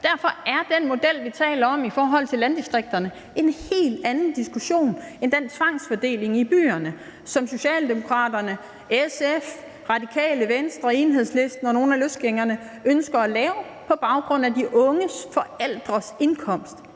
Derfor er den model, vi taler om i forhold til landdistrikterne, en helt anden end den tvangsfordeling i byerne, som Socialdemokraterne, SF, Radikale Venstre, Enhedslisten og nogle af løsgængerne ønsker at lave på baggrund af de unges forældres indkomst.